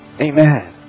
Amen